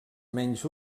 menys